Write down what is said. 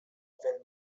film